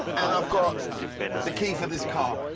and i have got the key for this car.